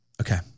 Okay